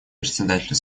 председателя